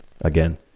again